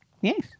Yes